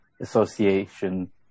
association